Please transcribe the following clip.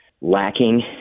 lacking